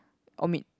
omit